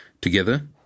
together